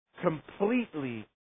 completely